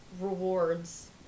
rewards